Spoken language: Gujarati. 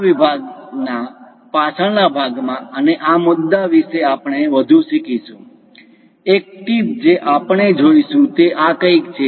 આ વિભાગો ના પાછળના ભાગમાં અને આ મુદ્દા વિશે આપણે વધુ શીખીશું એક ટિપ જે આપણે જોઈશું તે આ કંઈક છે